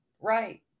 right